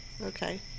Okay